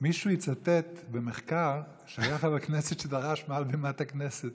מישהו יצטט במחקר שהיה חבר כנסת שדרש מעל בימת הכנסת,